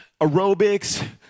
aerobics